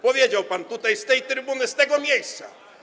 Powiedział pan tak z tej trybuny, z tego miejsca.